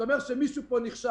זה אומר שמישהו פה נכשל.